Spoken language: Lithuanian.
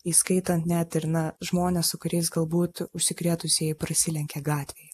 įskaitant net ir na žmones su kuriais galbūt užsikrėtusieji prasilenkė gatvėj